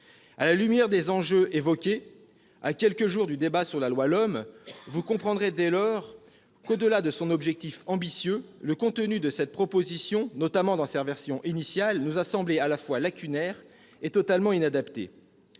À la lumière des enjeux évoqués, à quelques jours du débat sur la loi d'orientation des mobilités, vous comprendrez dès lors qu'au-delà de son objectif ambitieux, le contenu de cette proposition, notamment dans sa version initiale, nous a semblé à la fois lacunaire et totalement inadapté.